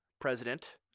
President